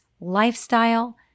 lifestyle